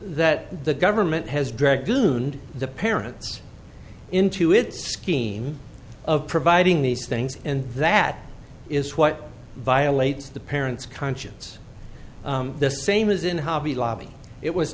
that the government has dragged goun and the parents into it scheme of providing these things and that is what violates the parents conscience the same as in hobby lobby it was